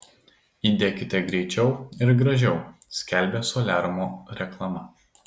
įdekite greičiau ir gražiau skelbia soliariumo reklama